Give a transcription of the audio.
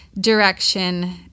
direction